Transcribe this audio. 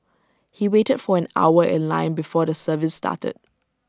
he waited for an hour in line before the service started